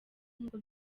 nk’uko